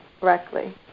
correctly